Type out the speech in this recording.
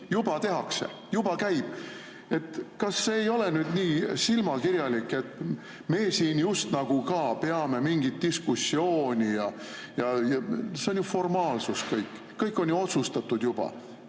juba tehakse, juba käib. Kas see ei ole silmakirjalik, et me siin just nagu ka peame mingit diskussiooni? See on ju formaalsus kõik. Kõik on ju otsustatud juba.